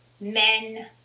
men